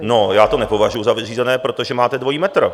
No, já to nepovažuji za vyřízené, protože máte dvojí metr.